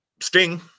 Sting